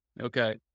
Okay